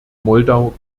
moldau